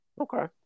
Okay